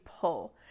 Pull